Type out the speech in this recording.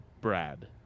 brad